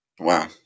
Wow